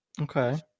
Okay